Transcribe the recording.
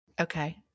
Okay